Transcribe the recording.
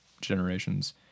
generations